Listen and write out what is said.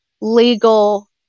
legal